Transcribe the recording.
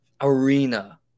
arena